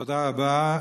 תודה רבה.